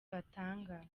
batanga